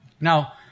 Now